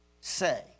say